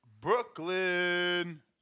Brooklyn